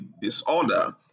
disorder